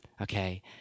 Okay